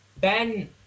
ben